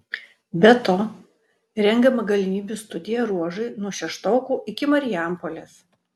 be to rengiama galimybių studija ruožui nuo šeštokų iki marijampolės